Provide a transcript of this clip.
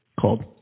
called